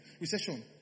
recession